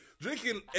drinking